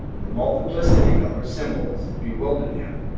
the multiplicity of her symbols, bewildered him,